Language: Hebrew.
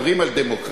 כשמדברים על דמוקרטיה,